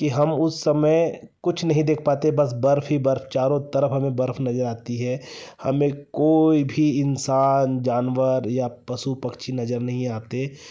कि हम उस समय कुछ नहीं देख पाते बस बर्फ़ ही बर्फ़ चारों तरफ़ हमें बर्फ़ नज़र आती है हमें कोई भी इंसान जानवर या पशु पक्षी नज़र नहीं आते